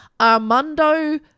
Armando